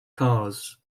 cars